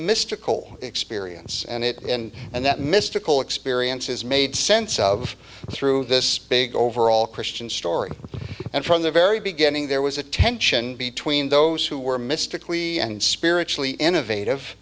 mystical experience and it and that mystical experience is made sense of through this big overall christian story and from the very beginning there was a tension between those who were mystically and spiritually innovative